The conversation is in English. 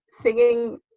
singing